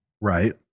right